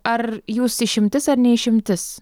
ar jūs išimtis ar ne išimtis